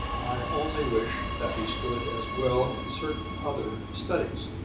i only wish that he stood as well in certain other studies!